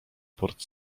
port